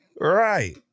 Right